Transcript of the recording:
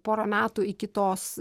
porą metų iki tos